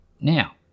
now